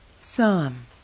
Psalm